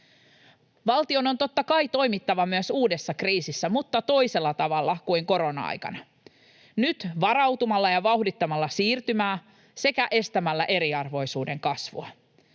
Valtion on totta kai toimittava myös uudessa kriisissä, mutta toisella tavalla kuin korona-aikana, nyt varautumalla ja vauhdittamalla siirtymää sekä estämällä eriarvoisuuden kasvua.